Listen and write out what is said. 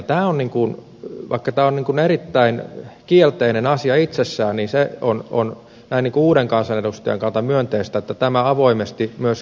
vaikka tämä on erittäin kielteinen asia itsessään niin se on näin uuden kansanedustajan kannalta myönteistä että tämä avoimesti myös kerrotaan